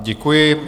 Děkuji.